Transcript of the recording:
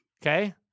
Okay